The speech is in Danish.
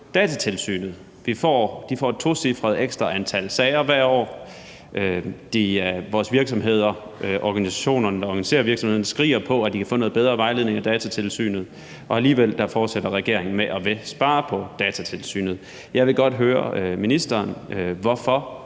Datatilsynet. De får et tocifret ekstra antal sager hvert år, vores virksomheder og organisationerne, der organiserer virksomhederne, skriger på at få noget bedre vejledning af Datatilsynet, og alligevel fortsætter regeringen med at ville spare på Datatilsynet. Jeg vil godt høre ministeren, hvorfor